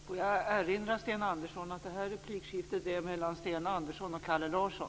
Jag får erinra Sten Andersson om att detta replikskifte är mellan Sten Andersson och Kalle Larsson.